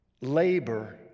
Labor